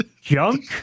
junk